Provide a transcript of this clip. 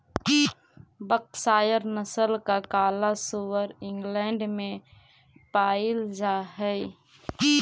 Berkshire नस्ल का काला सुअर इंग्लैण्ड में पायिल जा हई